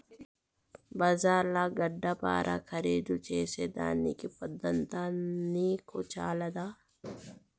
బజార్ల గడ్డపార ఖరీదు చేసేదానికి పొద్దంతా నీకు చాలదా